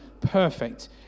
perfect